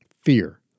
Fear